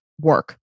work